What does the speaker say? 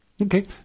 Okay